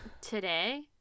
Today